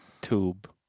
tube